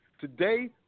Today